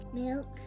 milk